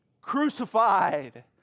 crucified